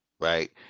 right